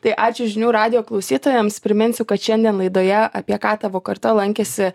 tai ačiū žinių radijo klausytojams priminsiu kad šiandien laidoje apie ką tavo karta lankėsi